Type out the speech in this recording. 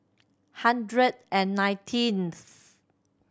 hundred and nineteenth